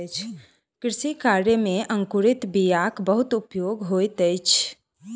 कृषि कार्य में अंकुरित बीयाक बहुत उपयोग होइत अछि